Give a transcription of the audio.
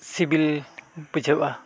ᱥᱤᱵᱤᱞ ᱵᱩᱡᱷᱟᱹᱜᱼᱟ